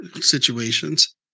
situations